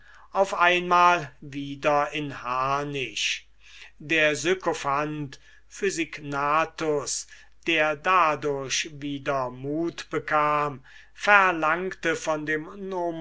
auf einmal wieder in harnisch der sykophant physignathus der dadurch wieder mut bekam verlangte von dem